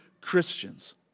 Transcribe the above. Christians